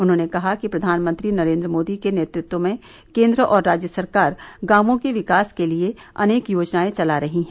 उन्होंने कहा कि प्रधानमंत्री नरेंद्र मोदी के नेतृत्व में केन्द्र और राज्य सरकार गांवों के विकास के लिए अनेक योजनाएं चला रही हैं